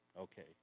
Okay